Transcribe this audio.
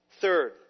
Third